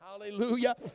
hallelujah